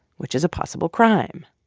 which is a possible crime.